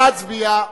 נא להצביע.